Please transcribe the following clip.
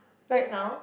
like I